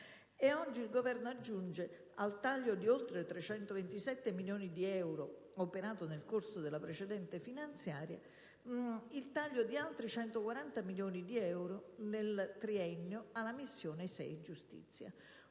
oggi il Governo aggiunge al taglio di oltre 327 milioni di euro operato nel corso della precedente finanziaria, il taglio di altri 140 milioni di euro nel triennio alla missione 6 (Giustizia).